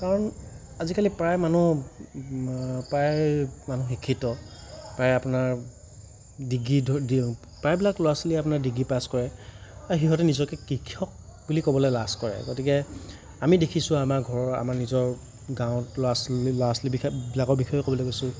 কাৰণ আজিকালি প্ৰায় মানুহ প্ৰায় মানুহ শিক্ষিত প্ৰায় আপোনাৰ ডিগ্ৰী প্ৰায়বিলাক ল'ৰা ছোৱালীয়ে আপোনাৰ ডিগ্ৰী পাছ কৰে আৰু সিহঁতে নিজকে কৃষক বুলি ক'বলৈ লাজ কৰে গতিকে আমি দেখিছোঁ আমাৰ ঘৰৰ আমাৰ নিজৰ গাঁৱত ল'ৰা ছোৱালী ল'ৰা ছোৱালীবিলাকৰ বিষয়ে কব'লৈ গৈছোঁ